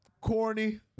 Corny